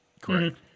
Correct